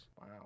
Wow